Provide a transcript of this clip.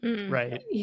right